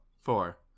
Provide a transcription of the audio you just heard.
Four